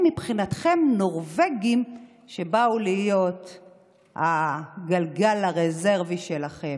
מבחינתכם נורבגים שבאו להיות הגלגל הרזרבי שלכם.